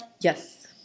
Yes